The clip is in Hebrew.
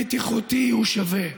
בטיחותי ושווה.